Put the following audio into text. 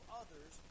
others